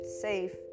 safe